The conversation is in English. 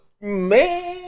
Man